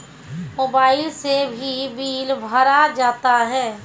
Mobile से भी bill भरा जाता हैं?